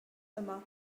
yma